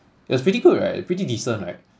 it was pretty good right pretty decent right